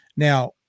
Now